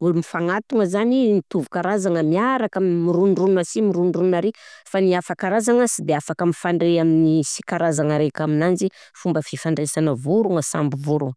eo mifagnatogna zany gny mitovy karazagna, miaraka mirondrona asy mirondrona ary fa ny hafa karazagna sy de afaka mifandray amin'ny sy karazagna raika aminanjy, fomba fifandraisagna vorogna samby vorogna.